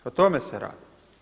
O tome se radi.